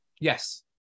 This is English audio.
Yes